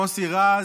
מוסי רז,